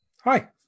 Hi